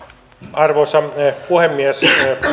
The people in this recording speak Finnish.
arvoisa puhemies